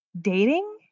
dating